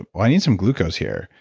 well i need some glucose here,